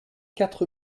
quatre